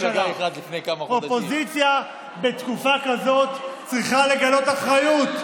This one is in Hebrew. אופוזיציה בתקופה כזאת צריכה לגלות אחריות.